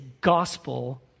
gospel